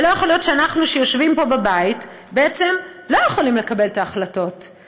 לא יכול להיות שאנחנו שיושבים פה בבית בעצם לא יכולים לקבל את ההחלטות,